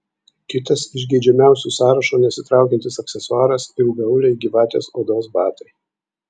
kitas iš geidžiamiausiųjų sąrašo nesitraukiantis aksesuaras ilgaauliai gyvatės odos batai